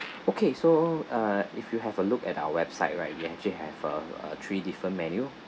okay so uh if you have a look at our website right we actually have uh three different menu